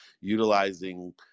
utilizing